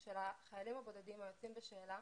של החיילים הבודדים החוזרים בשאלה